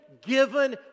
given